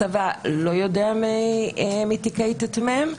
הצבא לא יודע מתיקי ט"מ.